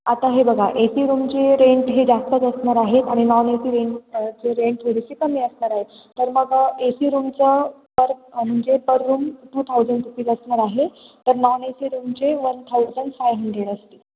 आता हे बघा ए सी रूमची रेंट हे जास्तच असणार आहेत आणि नॉन ए सी रेंटचे रेंट थोडीशी कमी असणार आहेत तर मग ए सी रूमचं पर म्हणजे per room two thousand rupees असणार आहे तर नॉन ए सी रूमचे वन थाउजंड फायव हंड्रेड असतील